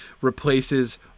replaces